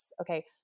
Okay